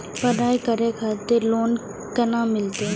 पढ़ाई करे खातिर लोन केना मिलत?